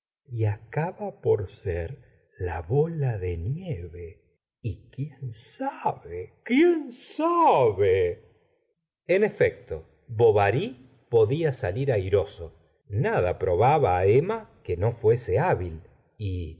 y acaba por ser la bola de nieve y quién sabe quien gabel gustavo flaubert en efecto bovary podía salir airoso nada probaba emma que no fuese hábil y